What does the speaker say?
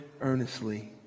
earnestly